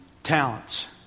talents